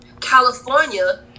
California